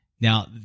Now